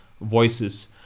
voices